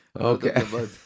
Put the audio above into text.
Okay